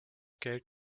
geld